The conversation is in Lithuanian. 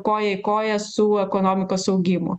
koja į koją su ekonomikos augimu